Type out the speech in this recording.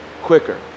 quicker